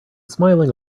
smiling